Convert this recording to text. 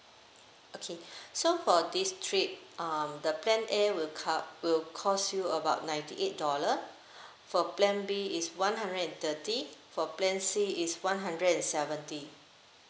okay so for this trip um the plan A will cov~ will cost you about ninety eight dollar for plan B is one hundred and thirty for plan C is one hundred and seventy